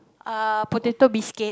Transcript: uh potato biscuit